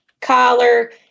collar